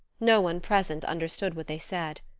no one present understood what they said.